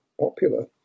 popular